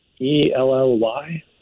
E-L-L-Y